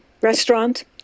restaurant